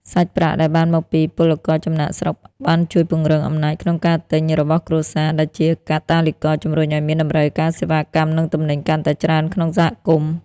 សាច់ប្រាក់ដែលបានមកពីពលករចំណាកស្រុកបានជួយពង្រឹង "អំណាចក្នុងការទិញ" របស់គ្រួសារ ដែលជាកាតាលីករជម្រុញឱ្យមានតម្រូវការសេវាកម្ម និងទំនិញកាន់តែច្រើនក្នុងសហគមន៍។